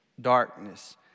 darkness